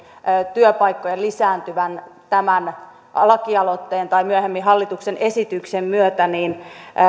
työpaikkojen lisääntyvän tämän laki aloitteen tai myöhemmin hallituksen esityksen myötä